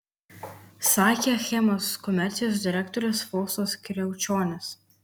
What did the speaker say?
sakė achemos komercijos direktorius faustas kriaučionis